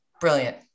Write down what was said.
Brilliant